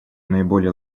наиболее